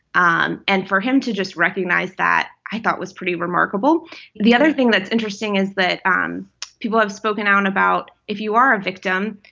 um and for him to just recognize that, i thought, was pretty remarkable the other thing that's interesting is that um people have spoken out about if you are a victim,